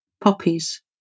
poppies